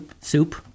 soup